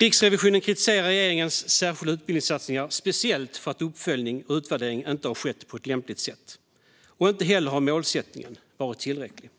Riksrevisionen kritiserar regeringens särskilda utbildningssatsningar speciellt för att uppföljning och utvärdering inte har skett på ett lämpligt sätt. Inte heller har målsättningen varit tillräcklig.